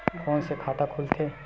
Phone से खाता खुल सकथे?